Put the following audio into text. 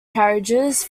carriages